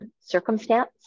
circumstance